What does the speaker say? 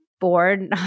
bored